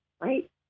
right